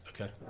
Okay